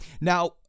Now